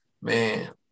man